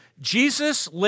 Jesus